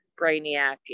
brainiac